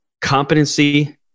competency